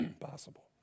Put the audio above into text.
possible